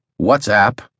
WhatsApp